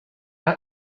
are